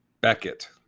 Beckett